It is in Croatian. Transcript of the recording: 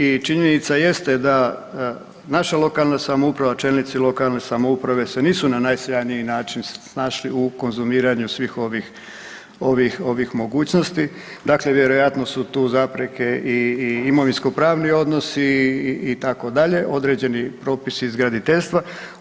I činjenica jeste da naša lokalna samouprava, čelnici lokalne samouprave se nisu na najsjajniji način snašli u konzumiranju svih ovih mogućnosti dakle vjerojatno su tu zapreke i, i imovinsko pravni odnosi itd. određeni propisi iz graditeljstva.